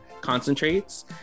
concentrates